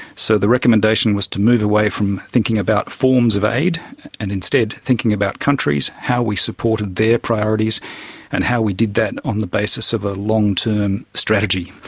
so the recommendation was to move away from thinking about forms of aid and instead thinking about countries, how we supported their priorities and how we did that on the basis of a long-term strategy.